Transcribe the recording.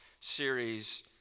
series